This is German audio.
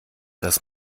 das